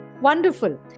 Wonderful